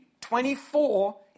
24